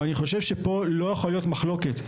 פה לא יכולה להיות מחלוקת.